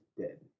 dead